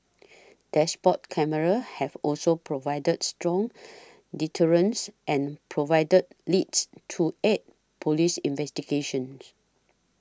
dashboard cameras have also provided strong deterrence and provided leads to aid police investigations